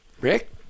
Rick